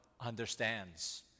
Understands